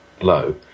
low